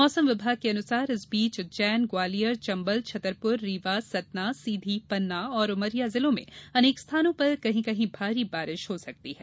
मौसम विभाग के अनुसार इस बीच उज्जैन ग्वालियर चम्बल छतरपुर रीवा सतना सीधी पन्ना और उमरिया जिलों में अनेक स्थानों पर कहीं कहीं भारी बारिश हो सकती है